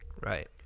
Right